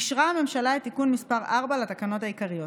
אישרה הממשלה את תיקון מס' 4 לתקנות העיקריות.